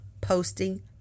posting